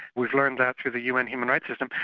we've learned that through the un human rights system.